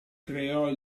creò